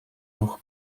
ruch